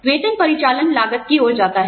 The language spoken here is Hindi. वेतन परिचालन लागत की ओर जाता है